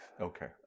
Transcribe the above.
Okay